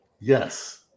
Yes